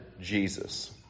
Jesus